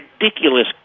ridiculous